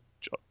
job